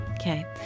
Okay